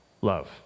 love